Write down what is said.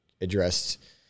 addressed